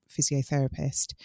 physiotherapist